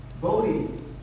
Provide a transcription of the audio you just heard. Bodie